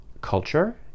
culture